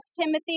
Timothy